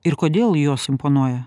ir kodėl jos imponuoja